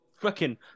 freaking